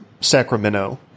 Sacramento